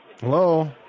Hello